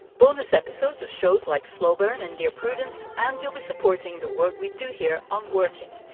bonus episodes of shows like slow burn and dear prudence. and you'll be supporting the work we do here on working.